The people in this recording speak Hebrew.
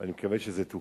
ואני מקווה שזה תוקן.